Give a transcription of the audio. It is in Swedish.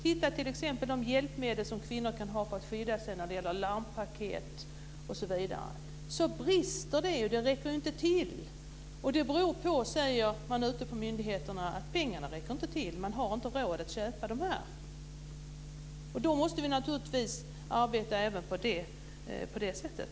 Ett exempel är de hjälpmedel som kvinnor kan ha för att skydda sig; det gäller larmpaket osv. De räcker inte till, och ute på myndigheterna säger man att det beror på att pengarna inte räcker till. Man har inte råd att köpa de här. Då måste vi naturligtvis arbeta även på det här sättet.